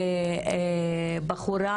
בחורה